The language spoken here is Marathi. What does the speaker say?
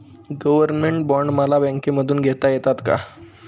गव्हर्नमेंट बॉण्ड मला बँकेमधून घेता येतात का?